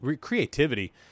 creativity